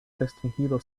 restringido